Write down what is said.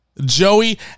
Joey